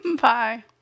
Bye